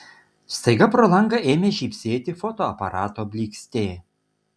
staiga pro langą ėmė žybsėti fotoaparato blykstė